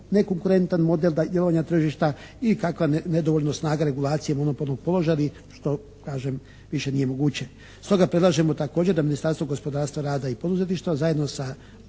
nekonkurentan model darivanja tržišta i kakva nedovoljno snaga regulacije monopolnog položaja i što kažem više nije moguće. Stoga predlažemo također da Ministarstvo gospodarstva, rada i poduzetništva zajedno sa